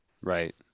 right